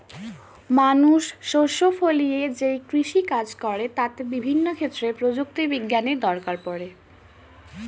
মানুষ শস্য ফলিয়ে যেই কৃষি কাজ করে তাতে বিভিন্ন ক্ষেত্রে প্রযুক্তি বিজ্ঞানের দরকার পড়ে